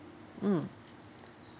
mm